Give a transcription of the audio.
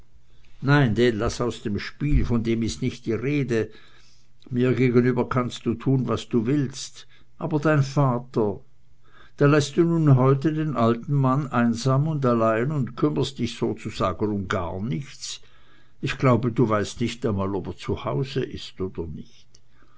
nein den laß aus dem spiel von dem ist nicht die rede mir gegenüber kannst du tun was du willst aber dein vater da läßt du nun heute den alten mann einsam und allein und kümmerst dich sozusagen um gar nichts ich glaube du weißt nicht einmal ob er zu haus ist oder nicht